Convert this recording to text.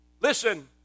Listen